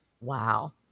Wow